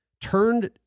turned